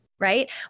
right